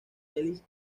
ellis